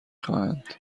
خواهند